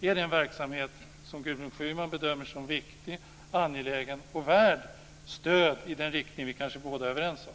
Är det en verksamhet som Gudrun Schyman bedömer som viktig, angelägen och värd stöd i den riktning vi kanske båda är överens om?